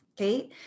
Okay